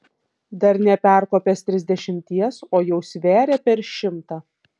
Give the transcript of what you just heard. dar neperkopęs trisdešimties o jau sveria per šimtą